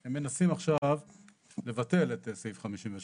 הם מנסים עכשיו לבטל את סעיף 53,